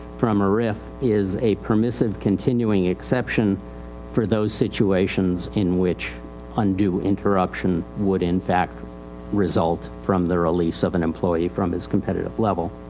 from a rif is a permissive continuing exception for those situations in which undue interruption would in fact result from the release of an employee from his competitive level.